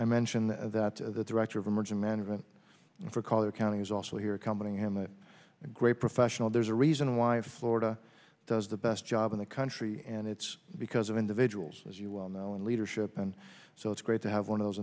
i mentioned that the director of emergency management for color county is also here accompanying him that a great professional there's a reason why florida does the best job in the country and it's because of individuals as you well know in leadership and so it's great to have one of those